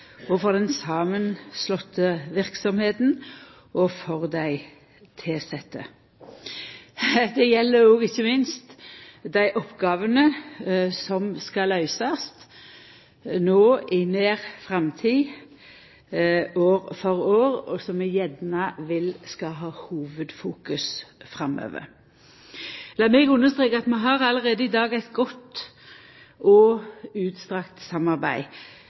styresmakta, for den samanslåtte verksemda og for dei tilsette. Det gjeld òg ikkje minst dei oppgåvene som skal løysast no i nær framtid, år for år, og som eg gjerne vil skal ha hovudfokus framover. Lat meg understreka at vi har allereie i dag eit godt og utstrakt samarbeid